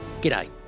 G'day